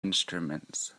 instruments